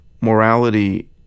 morality